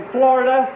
Florida